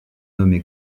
nommé